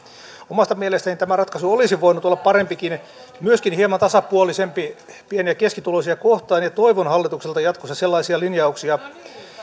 omasta mielestäni tämä ratkaisu olisi voinut olla parempikin myöskin hieman tasapuolisempi pieni ja keskituloisia kohtaan ja toivon hallitukselta jatkossa sellaisia linjauksia